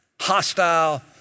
hostile